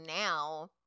now